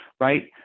right